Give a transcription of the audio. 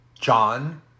John